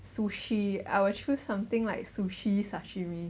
sushi I will choose something like sushi sashimi